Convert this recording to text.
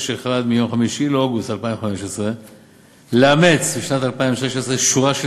361 מיום 5 באוגוסט 2015 לאמץ בשנת 2016 שורה של